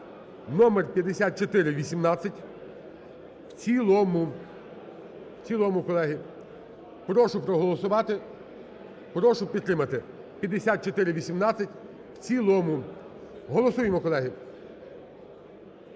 в цілому. В цілому, колеги. Прошу проголосувати, прошу підтримати 5418 в цілому. Голосуємо, колеги.